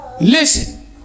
Listen